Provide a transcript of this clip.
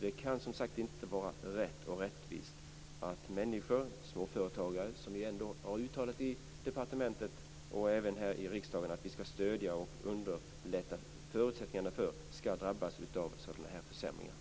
Det kan som sagt inte vara rätt och rättvist att småföretagare, som man i departementet och även här i riksdagen har uttalat att man skall stödja och underlätta för, skall drabbas av sådana försämringar.